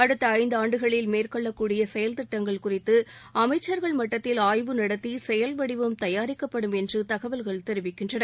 அடுத்த இந்தாண்டுகளில் மேற்கொள்ளக்கூடிய செயல் திட்டங்கள் குறித்து அமைச்சர்கள் மட்டத்தில் ஆய்வு நடத்தி செயல்வடிவம் தயாரிக்கப்படும் என்று தகவல்கள் தெரிவிக்கின்றன